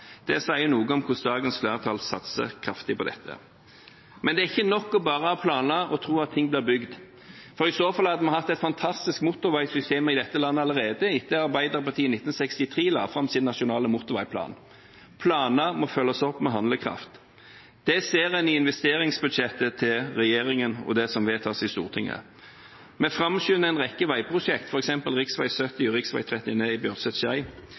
Det sier noe om hvordan dagens flertall satser kraftig på dette. Det er ikke nok bare å planlegge og tro at ting blir bygd. I så fall hadde vi allerede hatt et fantastisk motorveisystem i dette landet etter at Arbeiderpartiet i 1963 la fram sin nasjonale motorveiplan. Planer må følges opp med handlekraft. Det ser man i investeringsbudsjettet til regjeringen og det som vedtas i Stortinget. Vi framskynder en rekke veiprosjekter, for eksempel rv. 70 og E 39